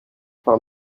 parmi